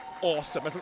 Awesome